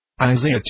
Isaiah